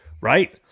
right